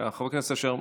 חבר הכנסת אחמד